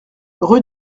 rue